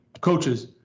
coaches